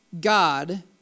God